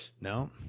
No